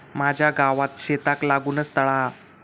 माझ्या गावात शेताक लागूनच तळा हा